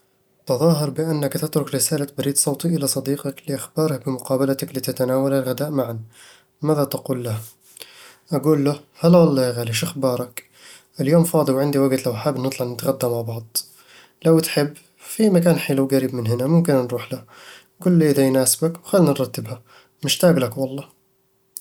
تظاهر بأنك تترك رسالة بريد صوتي إلى صديقك لإخباره بمقابلتك لتتناولا الغداء معًا. ماذا تقول له؟ أقول له: "هلا والله يا غالي، شخبارك؟ اليوم فاضي وعندي وقت لو حابب نطلع نتغدى مع بعض لو تحب، في مكان حلو قريب من هنا ممكن نروح له. قول لي إذا يناسبك وخلنا نرتبها، مشتاق لك والله"